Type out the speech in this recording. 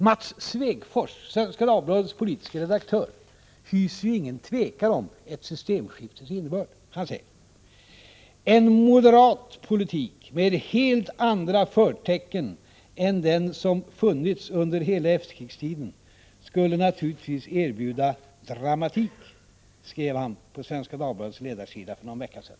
Mats Svegfors, Svenska Dagbladets politiske redaktör, hyser inget tvivel om ett systemskiftes innebörd. Han säger: ”En moderat politik med helt andra förtecken än de som funnits under hela efterkrigstiden skulle naturligtvis erbjuda dramatik.” Detta skrev han på Svenska Dagbladets ledarsida för någon vecka sedan.